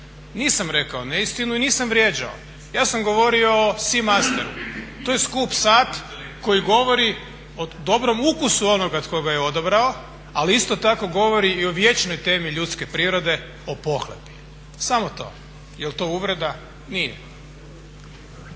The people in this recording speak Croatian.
Nisam rekao neistinu i nisam vrijeđao. Ja sam govorio o Seamasteru. To je skup sat koji govori o dobrom ukusu onoga tko ga je odabrao ali isto tako govori i o vječnoj temi ljudske prirode, o pohlepi. Samo to. Jel to uvreda? Nije.